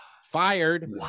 fired